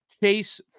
chase